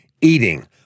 eating